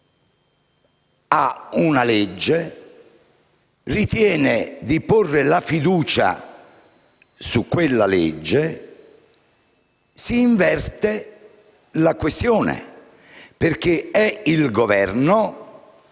ha una legge e ritiene di porre la fiducia su quella legge. Si inverte la questione, perché è il Governo che